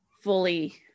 fully